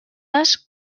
les